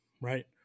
right